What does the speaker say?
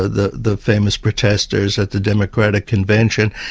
the the famous protesters at the democratic convention,